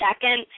second